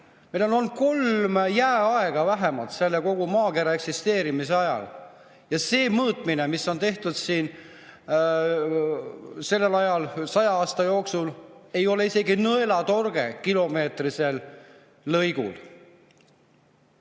meil on olnud vähemalt kolm jääaega kogu maakera eksisteerimise ajal. Ja see mõõtmine, mis on tehtud sellel ajal, saja aasta jooksul, ei ole isegi nõelatorge kilomeetrisel lõigul.